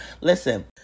Listen